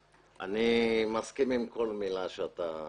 אני מסכים עם כל מילה שאתה אמרת.